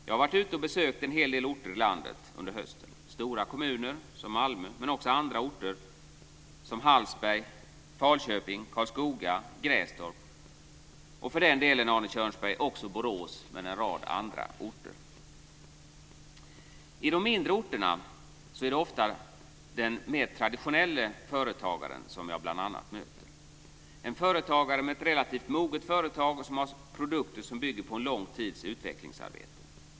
Jag har varit ute och besökt en hel del orter i landet under hösten: stora kommuner som Malmö men också andra orter som Hallsberg, Falköping, Karlskoga, Grästorp - och för den delen också Borås, Arne Kjörnsberg - och en rad andra orter. På de mindre orterna är det ofta den mer traditionelle företagaren jag bl.a. möter - en företagare med ett relativt moget företag som har produkter som bygger på en lång tids utvecklingsarbete.